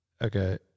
Okay